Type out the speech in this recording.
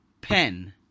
Pen